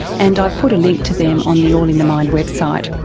and i've put a link to them on the all in the mind website.